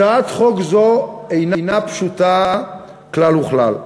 הצעת חוק זו אינה פשוטה כלל וכלל,